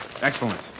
Excellent